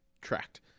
tracked